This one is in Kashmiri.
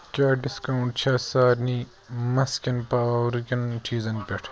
کیٛاہ ڈسکاونٹ چھےٚ سارنٕے مَس کٮ۪ن پاورٕ کٮ۪ن چیٖزن پٮ۪ٹھ